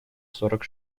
сорок